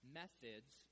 methods